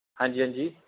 हां जी हां जी